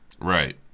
Right